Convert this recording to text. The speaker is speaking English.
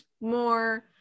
more